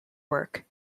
work